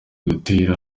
gutera